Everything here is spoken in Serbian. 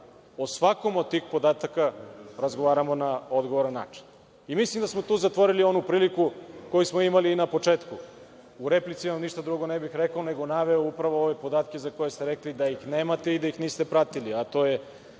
o svakom od tih podataka razgovaramo na odgovoran način. Mislim da smo tu zatvorili onu priliku koju smo imali na početku, u replici vam ništa drugo ne bih rekao, nego naveo upravo ove podatke za koje ste rekli da ih nemate i da ih niste pratili, a to je